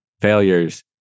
failures